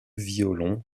violons